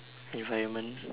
environment